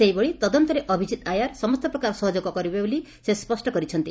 ସେହିଭଳି ତଦନ୍ତରେ ଅଭିଜିତ୍ ଆୟାର ସମ୍ଠ ପ୍ରକାର ସହଯୋଗ କରିବେ ବୋଲି ସେ ସ୍ୱଷ୍କ କରିଛନ୍ତି